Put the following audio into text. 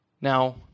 Now